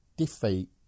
defeat